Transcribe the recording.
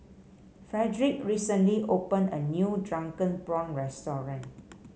Fredric recently opened a new Drunken Prawn restaurant